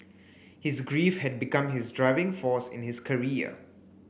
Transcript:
his grief had become his driving force in his career